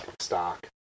stock